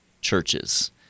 churches